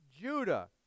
Judah